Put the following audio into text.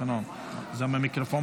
תודה רבה, אדוני היושב-ראש.